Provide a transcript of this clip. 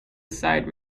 side